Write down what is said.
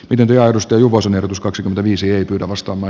pidempiaikaista juvosen ehdotus kaksikymmentäviisi etyk vastaava